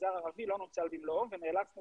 למגזר הערבי לא נוצל במלואו ונאלצנו